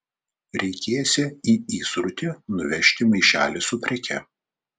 reikėsią į įsrutį nuvežti maišelį su preke